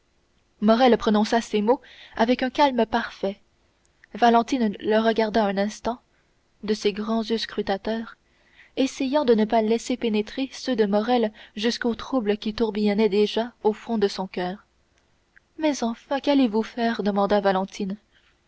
morrel prononça ces mots avec un calme parfait valentine le regarda un instant de ses grands yeux scrutateurs essayant de ne pas laisser pénétrer ceux de morrel jusqu'au trouble qui tourbillonnait déjà au fond de son coeur mais enfin qu'allez-vous faire demanda valentine